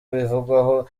bivugwaho